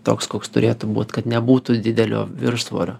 toks koks turėtų būt kad nebūtų didelio viršsvorio